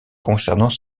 concernant